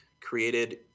created